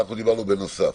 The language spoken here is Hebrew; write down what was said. אנחנו דיברנו בנוסף.